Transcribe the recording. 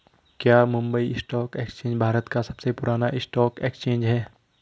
क्या Mumbai stock exchange Bharat का सबसे पुराना स्टॉक एक्सचेंज है?